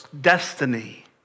destiny